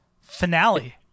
finale